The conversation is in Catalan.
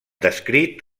descrit